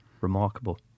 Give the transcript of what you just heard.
Remarkable